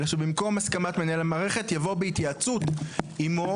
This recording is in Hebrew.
אלא שבמקום הסכמת מנהל המערכת יבוא בהתייעצות עמו,